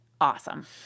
awesome